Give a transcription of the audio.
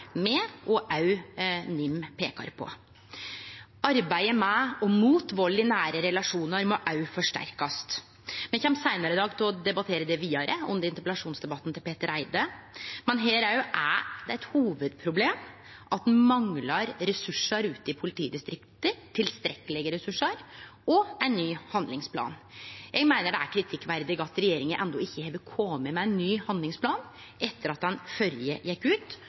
og òg NIM, peiker på. Arbeidet mot vald i nære relasjonar må òg forsterkast. Me kjem seinare i dag til å debattere det vidare under interpellasjonsdebatten til Petter Eide, men her òg er det eit hovudproblem at ein manglar tilstrekkelege ressursar ute i politidistrikta og ein ny handlingsplan. Eg meiner det er kritikkverdig at regjeringa enno ikkje har kome med ein ny handlingsplan etter at den førre gjekk ut,